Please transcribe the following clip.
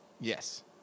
yes